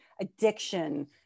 addiction